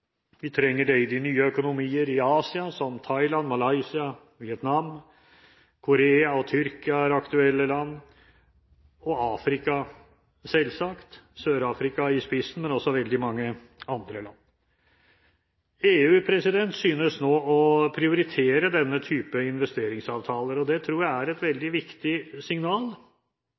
Vi trenger dem i de nye økonomier i Asia, som Thailand, Malaysia, Vietnam og Korea – Tyrkia er et aktuelt land – og i Afrika, selvsagt, med Sør-Afrika i spissen, men også i veldig mange andre land. EU synes nå å prioritere denne type investeringsavtaler, og det tror jeg er et veldig viktig signal.